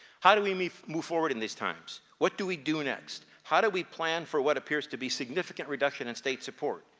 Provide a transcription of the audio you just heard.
how do we move move forward in these times? what do we do next? how do we plan for what appears to be significant reduction in state support?